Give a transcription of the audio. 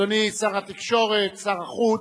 אדוני שר התקשורת, שר החוץ,